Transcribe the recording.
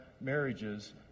marriages